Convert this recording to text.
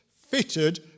fitted